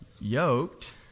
yoked